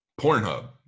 Pornhub